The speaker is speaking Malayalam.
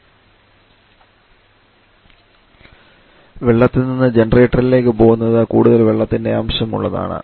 അബ്സോർബറിൽ നിന്ന് ജനറേറ്ററിലേക്ക് പോകുന്നത് കൂടുതൽ വെള്ളത്തിൻറെ അംശം ഉള്ളതാണ്